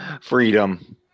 Freedom